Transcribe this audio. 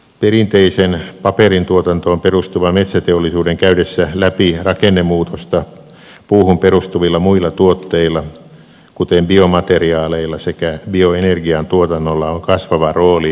perinteisen paperin tuotantoon perustuvan metsäteollisuuden käydessä läpi rakennemuutosta puuhun perustuvilla muilla tuotteilla kuten biomateriaaleilla sekä bioenergian tuotannolla on kasvava rooli metsävarojen käytössä